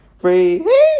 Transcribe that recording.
free